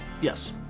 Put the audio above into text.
Yes